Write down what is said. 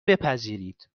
بپذیرید